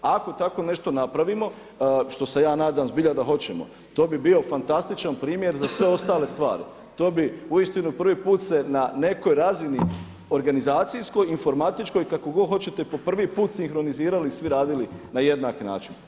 Ako tako nešto napravimo što se ja nadam zbilja da hoćemo, to bi bio fantastičan primjer za sve ostale stvari, to bi uistinu prvi put se na nekoj razini organizacijskoj, informatičkoj kako god hoćete po prvi put sinkronizirali svi radili na jednak način.